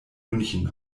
münchen